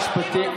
שר המשפטים.